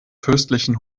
fürstlichen